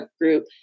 group